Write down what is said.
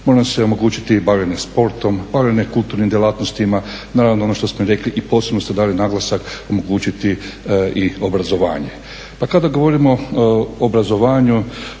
mora im se omogućiti bavljenje sportom, bavljenje kulturnim djelatnostima. Naravno ono što smo i rekli i posebno ste dali naglasak omogućiti i obrazovanje. Pa kada govorimo o obrazovanju